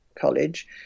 college